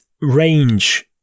range